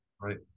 Right